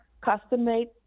custom-made